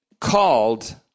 called